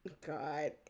god